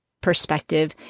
perspective